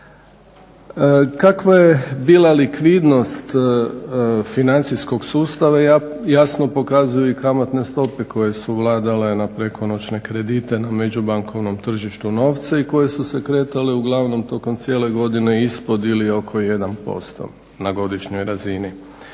Kakva je bila likvidnost financijskog sustava jasno pokazuju i kamatne stope koje su vladale na prekonoćne kredite, na međubankovnom tržištu novca i koje su se kretale uglavnom tokom cijele godine ispod ili oko 1% na godišnjoj razini.